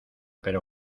pero